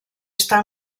està